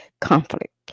conflict